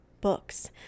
books